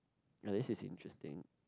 now this is interesting